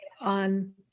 on